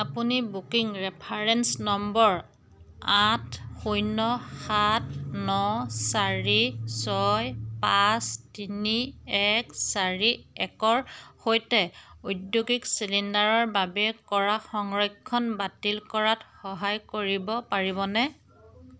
আপুনি booking reference number আঠ শূন্য সাত ন চাৰি ছয় পাঁচ তিনি এক চাৰি একৰ সৈতে ঔদ্যোগিক চিলিণ্ডাৰৰ বাবে কৰা সংৰক্ষণ বাতিল কৰাত সহায় কৰিব পাৰিবনে